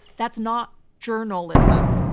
that's not journalism.